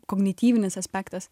komiyvinis aspektas